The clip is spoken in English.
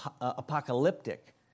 apocalyptic